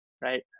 right